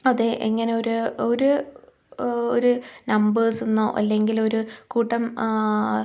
അത് എങ്ങനെ ഒരു ഒരു ഒരു നമ്പേഴ്സിൽ നിന്നോ അല്ലെങ്കിൽ ഒരു കൂട്ടം